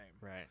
Right